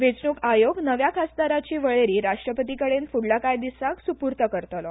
वेचणूक आयोग नव्या खासदाराची वळेरी राष्ट्रपतीकडेन फुडल्या काय दिसाक सुपूर्त करतलो